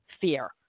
fear